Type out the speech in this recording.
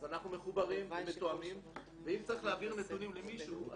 אז אנחנו מחוברים ומתואמים ואם צריך להעביר נתונים למישהו,